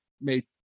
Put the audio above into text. made